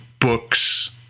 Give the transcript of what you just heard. books